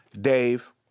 Dave